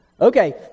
Okay